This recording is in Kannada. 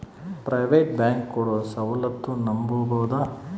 ಪ್ರೈವೇಟ್ ಬ್ಯಾಂಕ್ ಕೊಡೊ ಸೌಲತ್ತು ನಂಬಬೋದ?